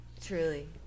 Truly